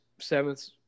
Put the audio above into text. seventh